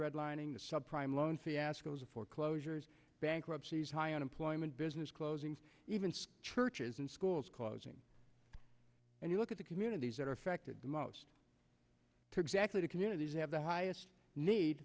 redlining the subprime loan fiascos of foreclosures bankruptcies high unemployment business closing even churches and schools closing and you look at the communities that are affected the most exactly the communities have the highest need